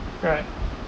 right